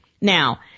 Now